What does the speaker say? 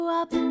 up